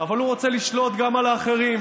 אבל הוא רוצה לשלוט גם על האחרים.